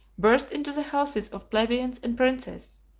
burst into the houses of plebeians and princes,